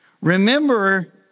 Remember